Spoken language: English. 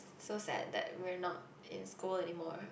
so sad that we're not in school anymore